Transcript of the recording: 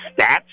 stats